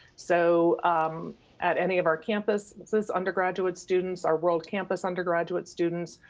so at any of our campus, this is undergraduate students, our world campus undergraduate students,